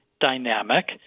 dynamic